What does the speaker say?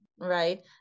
right